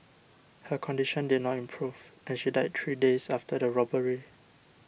her condition did not improve and she died three days after the robbery